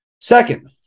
Second